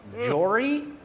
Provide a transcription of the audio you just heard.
Jory